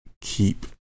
keep